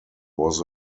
was